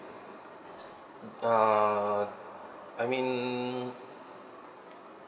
uh I mean